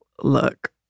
look